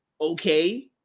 okay